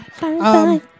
Bye-bye